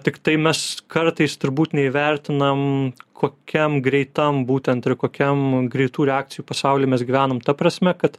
tiktai mes kartais turbūt neįvertinam kokiam greitam būtent ir kokiam greitų reakcijų pasauly mes gyvenam ta prasme kad